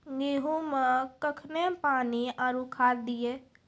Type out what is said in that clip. गेहूँ मे कखेन पानी आरु खाद दिये?